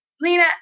Lena